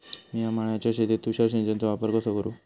मिया माळ्याच्या शेतीत तुषार सिंचनचो वापर कसो करू?